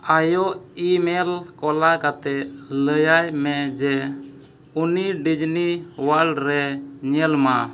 ᱟᱭᱳ ᱤᱼᱢᱮᱞ ᱠᱩᱞᱟᱭ ᱠᱟᱛᱮᱫ ᱞᱟᱹᱭᱟᱭ ᱢᱮ ᱡᱮ ᱩᱱᱤ ᱰᱤᱡᱽᱱᱤ ᱚᱣᱟᱨᱞᱰ ᱨᱮ ᱧᱮᱞ ᱢᱟ